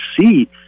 see